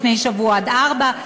לפני שבוע עד 04:00,